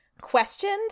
questioned